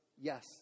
Yes